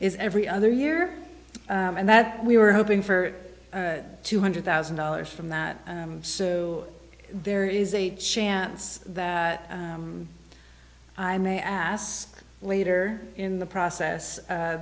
is every other year and that we were hoping for two hundred thousand dollars from that so there is a chance that i may ask later in the process